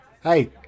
Hey